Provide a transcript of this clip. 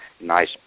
nice